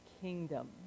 kingdom